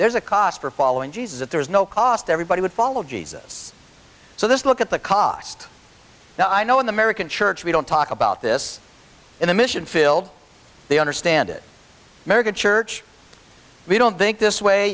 there's a cost for following jesus that there's no cost everybody would follow jesus so this look at the cost now i know in the american church we don't talk about this in the mission field they understand it mega church we don't think this way